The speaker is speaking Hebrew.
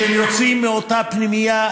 כשהם יוצאים מאותה פנימייה,